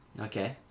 Okay